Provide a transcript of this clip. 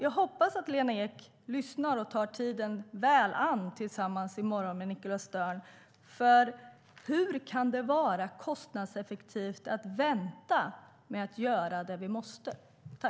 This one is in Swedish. Jag hoppas att Lena Ek lyssnar och tar väl vara på det som Nicholas Stern säger i morgon. För hur kan det vara kostnadseffektivt att vänta med det vi måste göra?